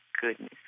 goodness